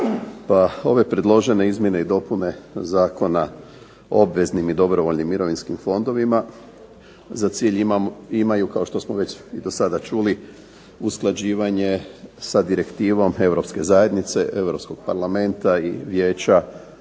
Ove predložene izmjene i dopune Zakona o obveznim i dobrovoljnim mirovinskim fondovima za cilj imaju, kao što smo već i do sada čuli, usklađivanje sa Direktivom Europske zajednice, Europskog parlamenta i Vijeća